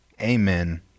Amen